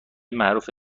معروف